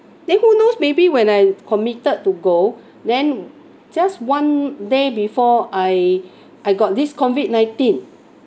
then who knows maybe when I committed to go then just one day before I I got this COVID nineteen